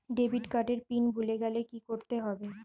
Debit card এর pin ভুলে গেলে কি করতে হবে?